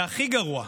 והכי גרוע,